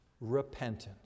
Repentance